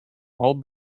all